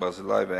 "ברזילי" ו"העמק",